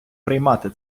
приймати